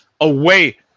away